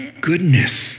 goodness